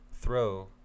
throw